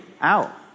out